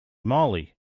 moly